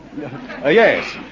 Yes